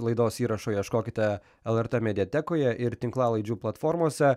laidos įrašo ieškokite lrt mediatekoje ir tinklalaidžių platformose